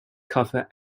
cover